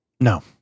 No